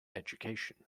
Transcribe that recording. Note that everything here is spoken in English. education